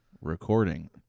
recording